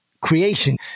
creation